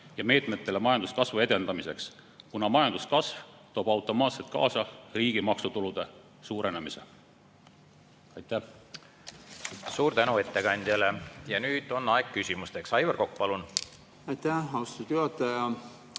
ja meetmetele majanduskasvu edendamiseks, kuna majanduskasv toob automaatselt kaasa riigi maksutulude suurenemise. Aitäh! Suur tänu ettekandjale! Ja nüüd on aeg küsimusteks. Aivar Kokk, palun! Suur tänu